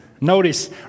Notice